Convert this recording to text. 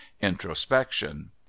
introspection